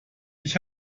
ich